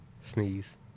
sneeze